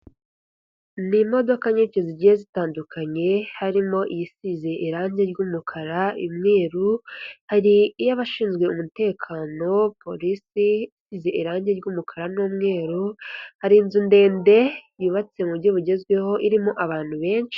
Ni imodoka nyinshi zigiye zitandukanye, harimo iyisize irangi ry'umukara, imyeru, hari iy'abashinzwe umutekano polisi isize irangi ry'umukara n'umweru, hari inzu ndende yubatse mu mujyi bugezweho, irimo abantu benshi.